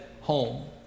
home